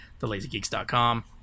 thelazygeeks.com